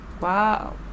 Wow